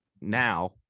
now